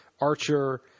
Archer